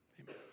Amen